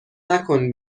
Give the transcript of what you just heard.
نکن